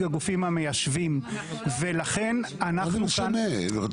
הגופים המיישבים ולכן אנחנו --- מה זה משנה?